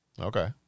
Okay